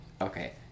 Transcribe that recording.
Okay